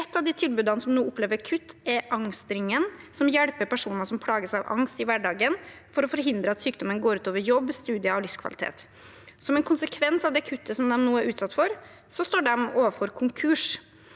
Et av de tilbudene som nå opplever kutt, er Angstringen, som hjelper personer som plages av angst i hverdagen, for å forhindre at sykdommen går ut over jobb, studier og livskvalitet. Som en konsekvens av det kuttet de nå er utsatt for, står de overfor konkurs.